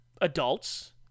adults